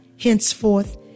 henceforth